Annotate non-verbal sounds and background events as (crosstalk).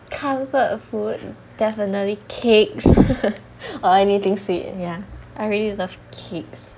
comfort food definitely cakes (laughs) or anything sweet ya I really love cakes